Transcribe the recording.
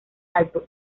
alto